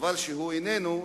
וחבל שהוא איננו,